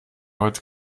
heute